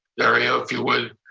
dario, if you would.